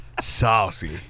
saucy